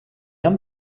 han